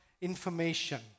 information